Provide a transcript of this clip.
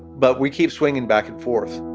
but we keep swinging back and forth